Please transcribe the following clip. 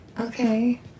Okay